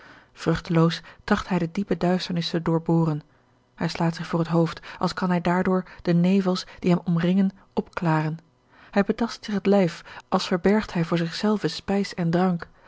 vruchteloos tracht hij de diepe duisternis te doorboren hij slaat zich voor het hoofd als kan hij daardoor de nevels die hem omringen opklaren hij betast zich het lijf als verbergt hij voor zich zelven spijs en drank